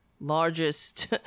largest